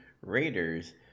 raiders